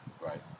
Right